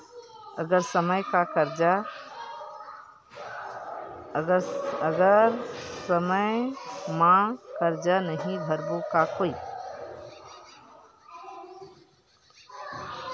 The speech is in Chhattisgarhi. अगर समय मा कर्जा नहीं भरबों का होई?